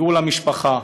הגיעו למשפחה.